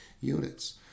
units